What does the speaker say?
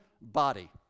body